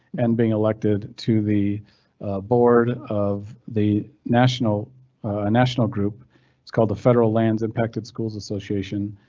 and being elected to the board of the national a national group is called the federal lands impacted schools association.